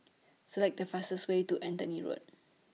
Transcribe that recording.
Select The fastest Way to Anthony Road